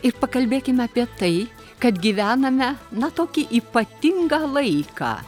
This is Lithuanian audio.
ir pakalbėkim apie tai kad gyvename na tokį ypatingą laiką